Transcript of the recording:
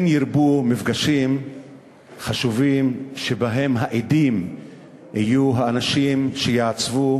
כן ירבו מפגשים חשובים שבהם העדים יהיו האנשים שיעצבו